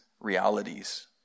realities